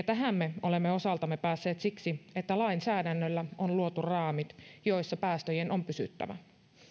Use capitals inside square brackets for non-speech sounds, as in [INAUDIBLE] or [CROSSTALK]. [UNINTELLIGIBLE] tähän me olemme osaltamme päässeet siksi että lainsäädännöllä on luotu raamit joissa päästöjen on pysyttävä